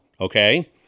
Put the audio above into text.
okay